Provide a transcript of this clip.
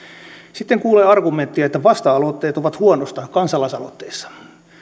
sitten kuulee argumentteja että vasta aloitteet ovat huonosta kansalaisaloitteissa